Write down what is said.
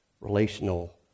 relational